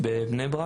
בבני ברק.